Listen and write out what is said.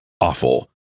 awful